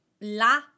la